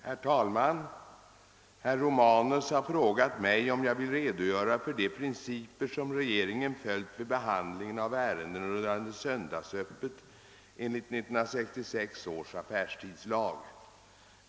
Herr talman! Herr Romanus har frågat mig, om jag vill redogöra för de principer som regeringen följt vid behandlingen av ärenden rörande sön dagsöppet enligt 1966 års affärstidslag.